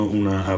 una